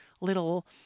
little